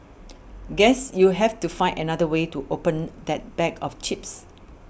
guess you have to find another way to open that bag of chips